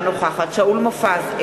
אינה נוכחת שאול מופז,